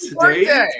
today